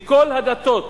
מכל הדתות,